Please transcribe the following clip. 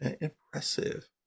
Impressive